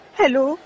hello